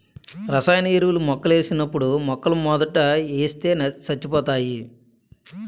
రసాయన ఎరువులు మొక్కలకేసినప్పుడు మొక్కలమోదంట ఏస్తే సచ్చిపోతాయి